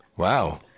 Wow